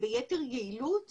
ביתר יעילות